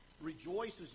rejoices